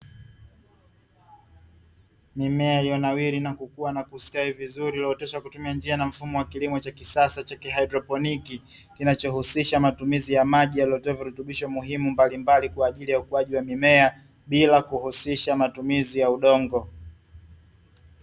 Mimea iliyonawiri na kukua na kustawi vizuri, iliyooteshwa kwa kutumia njia na mfumo wa kilimo cha kisasa cha kihaidroponi, kinachohusisha matumizi ya maji yaliyotiwa virutubisho muhimu mbalimbali kwa ajili ya ukuaji wa mimea bila kuhusisha matumizi ya udongo.